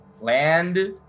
Land